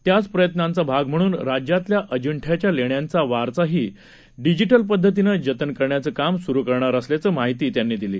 त्याच प्रयत्नांचा भाग म्हणून राज्यातल्या अंजिठ्याच्या लेण्यांचा वारसाही डिजिटल पद्धतीनं जतन करण्याचं काम सुरु करणार असल्याची माहिती त्यांनी दिली